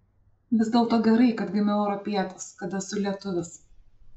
vis dėlto gerai kad gimiau europietis kad esu lietuvis